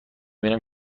بینم